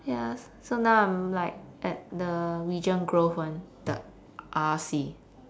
ya s~ so now I'm like at like the regent grove one the R_C